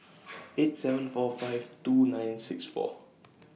eight seven four five two nine six four